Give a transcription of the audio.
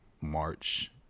March